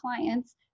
clients